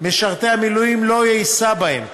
משרתי המילואים לא יישא בהם.